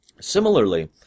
Similarly